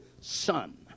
son